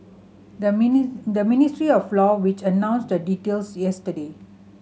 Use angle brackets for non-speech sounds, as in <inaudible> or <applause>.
the <unintelligible> the Ministry of Law which announced the details yesterday